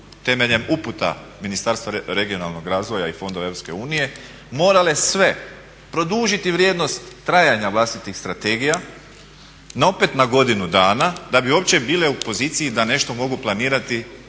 temeljem uputa Ministarstva regionalnog razvoja i fondova Europske unije morale sve produžiti vrijednost trajanja vlastitih strategija na opet na godinu dana da bi uopće bile u poziciji da nešto mogu planirati